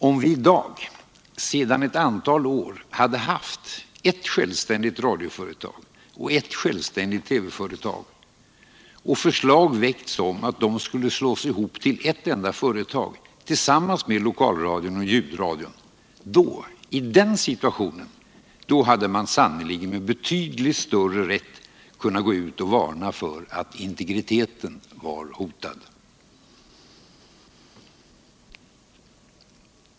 Om vi i dag sedan ett antal år tillbaka hade haft ett självständigt radioföretag och ett självständigt TV-företag och förslag väckts om att de skulle slås ihop till ett enda företag, tillsammans med lokalradion och ljudradion — då, i den situationen, hade man sannolikt med betydligt större rätt kunnat gå ut och varna för att integriteten var hotad.